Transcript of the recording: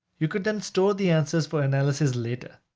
you could then store the answers for analysis later.